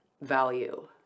value